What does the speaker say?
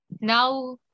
now